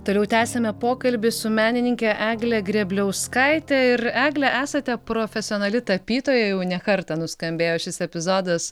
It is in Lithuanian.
toliau tęsiame pokalbį su menininke egle grėbliauskaite ir egle esate profesionali tapytoja jau ne kartą nuskambėjo šis epizodas